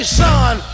son